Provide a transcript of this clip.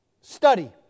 Study